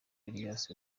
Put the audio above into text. elias